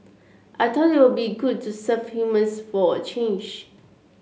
I thought it would be good to serve humans for a change